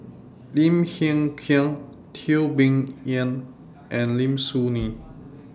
Lim Hng Kiang Teo Bee Yen and Lim Soo Ngee